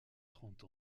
trente